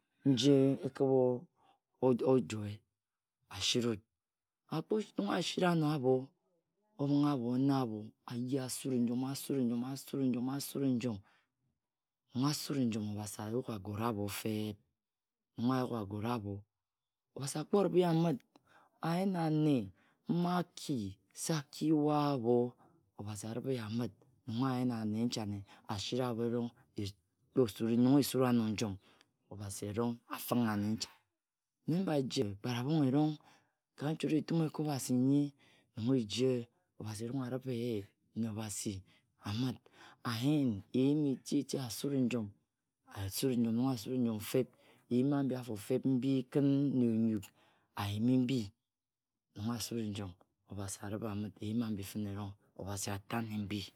Nji ekibha ojoe Akpo, nong asiwut, Akpo nong asiano abho, obhirghe abho ona-abho, aye asune-njom, asure njom, azure-njom, asure- njom. nong asure-njom, Obasi ayuk agore mma asho feb. Nong ayuk agore abho, Obasi akpo ribhe ye amit, ayen anne, mma aki se aki-yue abho Obase aribhe je amit, nong ayen ane nchane, asita abho erong: Nong esura no njom, obasi erong a finghe ane nchane mme mbaji Exparabong erong, ka nchot etun ekobhası nyi, nong ejie Obasi eron aribhe nine obase amit. ayen eyim eti-eti, asura njom, azune-njom nong azune-njom feb, eyim abu-afo feb, mbi kin nne onjuk ayimi mbi nong azure-njom, obasi aribha amit eyin abhe fine-ezong Obasi atane mbi.